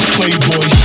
Playboy